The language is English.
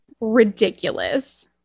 ridiculous